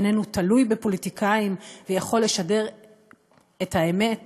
איננו תלוי בפוליטיקאים ויכול לשדר את האמת